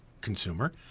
consumer